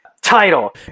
Title